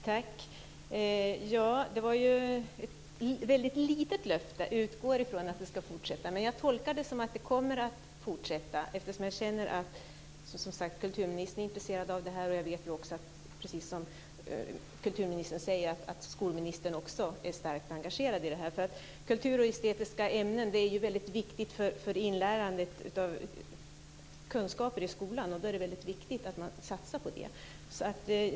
Fru talman! Det var ett väldigt litet löfte - kulturministern "utgår från" att det ska fortsätta. Men jag tolkar det som att det kommer att fortsätta, eftersom jag känner att kulturministern är intresserad av det här. Jag vet också, som kulturministern säger, att även skolministern är starkt engagerad i det här. Kultur och estetiska ämnen är ju väldigt viktiga för inlärningen i skolan, och då är det viktigt att man satsar på det.